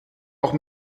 auch